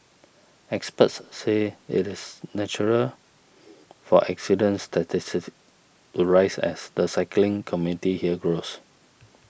experts say it is natural for accidents statistics to rise as the cycling community here grows